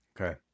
Okay